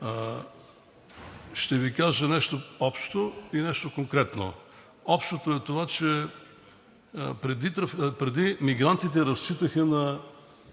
Ще Ви кажа нещо общо и нещо конкретно. Общото е това, че преди мигрантите разчитаха в